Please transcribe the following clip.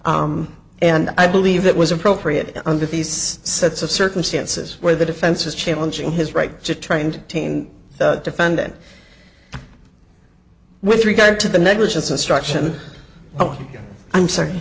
and i believe it was appropriate under these sets of circumstances where the defense is challenging his right to try and teen defendant with regard to the negligence instruction oh i'm sorry